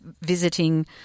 visiting